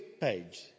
page